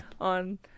on